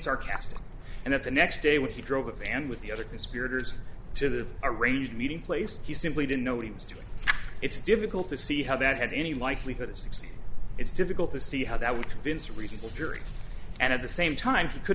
sarcastic and that the next day when he drove a van with the other conspirators to the arranged meeting place he simply didn't know what he was doing it's difficult to see how that had any likelihood of success it's difficult to see how that would convince reasonable jury and at the same time he could